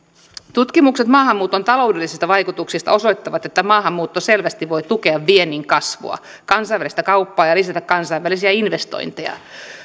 tutkimukset maahanmuuton taloudellisista vaikutuksista osoittavat että maahanmuutto voi selvästi tukea viennin kasvua kansainvälistä kauppaa ja lisätä kansainvälisiä investointeja